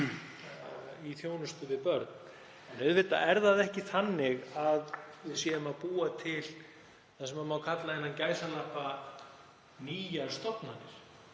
í þjónustu við börn. Auðvitað er það ekki þannig að við séum að búa til það sem má kalla „nýjar stofnanir“.